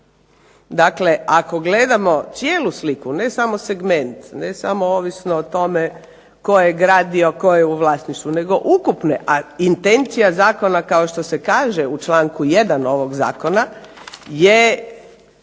Dakle, ako gledamo cijelu sliku, ne samo segment, ne samo ovisno o tome tko je gradio, tko je u vlasništvu nego ukupne a intencija zakona kao što se kaže u članku 1. ovog zakona je